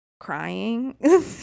crying